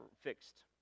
fixed